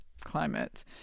climate